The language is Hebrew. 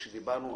אם לא,